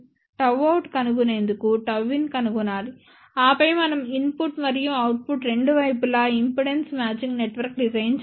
Γout కనుగొనేందుకుΓin కనుగొనాలి ఆపై మనం ఇన్పుట్ మరియు అవుట్పుట్ రెండు వైపులా ఇంపిడెన్స్ మాచింగ్ నెట్వర్క్స్ డిజైన్ చేయాలి